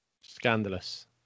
Scandalous